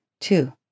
Two